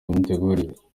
imitegurire